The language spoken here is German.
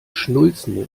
schnulzen